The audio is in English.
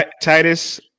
Titus